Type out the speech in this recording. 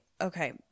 Okay